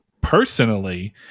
personally